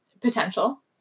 potential